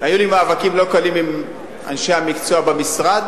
היו לי מאבקים לא קלים עם אנשי המקצוע במשרד,